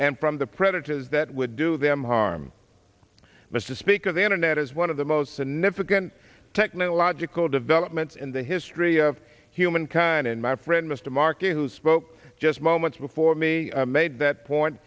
and from the predators that would do them harm mr speaker the internet is one of the most significant technological developments in the history of humankind and my friend mr markey who spoke just moments before me made that point